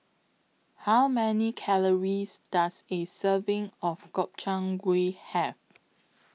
How Many Calories Does A Serving of Gobchang Gui Have